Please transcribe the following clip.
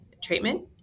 treatment